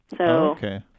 Okay